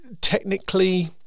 technically